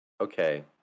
Okay